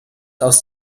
aus